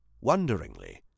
wonderingly